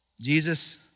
Jesus